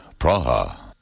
Praha